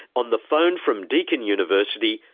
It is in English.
on the phone from deakin university,